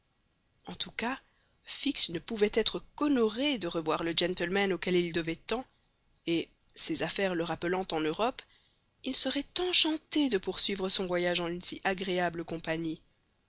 en tout cas fix ne pouvait être qu'honoré de revoir le gentleman auquel il devait tant et ses affaires le rappelant en europe il serait enchanté de poursuivre son voyage en une si agréable compagnie